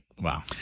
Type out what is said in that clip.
Wow